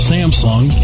Samsung